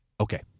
Okay